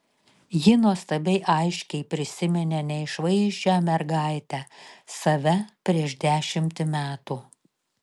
ji nuostabiai aiškiai prisiminė neišvaizdžią mergaitę save prieš dešimtį metų